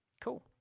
Cool